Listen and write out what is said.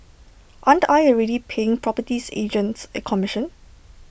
aren't I already paying properties agents A commission